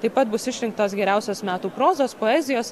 taip pat bus išrinktos geriausios metų prozos poezijos